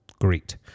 great